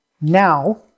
Now